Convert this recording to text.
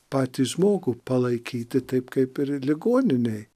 patį žmogų palaikyti taip kaip ir ligoninėj